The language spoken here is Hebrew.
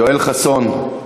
יואל חסון,